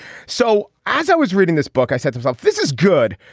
so as i was reading this book i said to myself this is good.